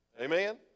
amen